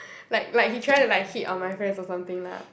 like like he trying to like hit on my friends or something lah